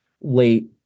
late